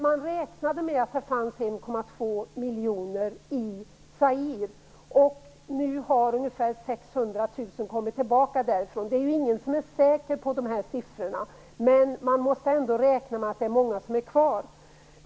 Man räknade med att det fanns 1,2 miljoner flyktingar i Zaire, och nu har ungefär 600 000 kommit tillbaka därifrån. Det är ju ingen som är säker på de här siffrorna, men man måste ändå räkna med att många är kvar.